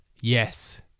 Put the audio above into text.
Yes